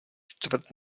čtvrt